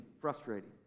frustrating